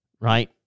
right